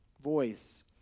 voice